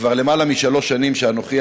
כבר למעלה משלוש שנים שאנוכי,